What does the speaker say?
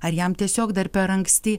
ar jam tiesiog dar per anksti